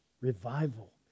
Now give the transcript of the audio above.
Revival